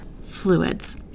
fluids